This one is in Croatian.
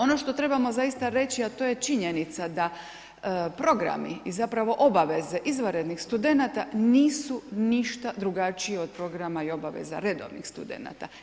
Ono što trebamo zaista reći, a to je činjenica da programi i zapravo obaveze izvanrednih studenata nisu ništa drugačiji od programa i obaveza redovnih studenata.